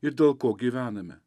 ir dėl ko gyvename